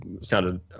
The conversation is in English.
sounded